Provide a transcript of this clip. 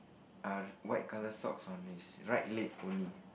err white colour socks on his right leg only